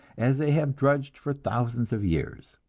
as they have drudged for thousands of years.